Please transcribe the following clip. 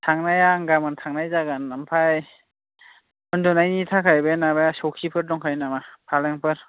थांनाया आं गाबोन थांनाय जागोन ओमफ्राय उन्दुनायनि थाखाय बै माबा सौखिफोर दंखायो नामा फालेंफोर